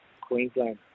Queensland